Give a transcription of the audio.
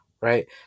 right